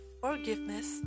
forgiveness